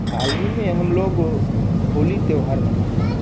हाल ही हम लोग होली त्योहार मनाए है